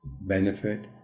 benefit